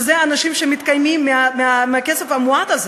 שאנשים מתקיימים מהכסף המועט הזה,